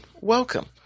welcome